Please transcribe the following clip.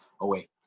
away